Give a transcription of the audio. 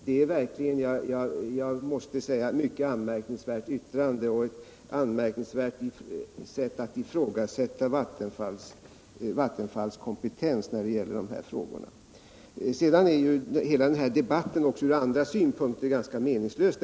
Det är ett ganska anmärkningsvärt yttrande och ett anmärkningsvärt sätt att ifrågasätta Vattenfalls kompetens när det gäller de här frågorna. Sedan är hela den här debatten också ur andra synpunkter ganska meningslös.